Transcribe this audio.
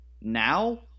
Now